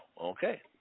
okay